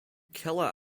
keller